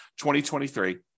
2023